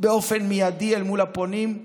באופן מיידי אל מול הפונים,